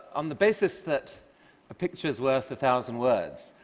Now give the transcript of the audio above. on the basis that a picture is worth a thousand words,